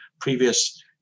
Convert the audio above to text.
previous